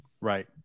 Right